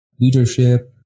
leadership